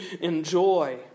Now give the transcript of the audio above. enjoy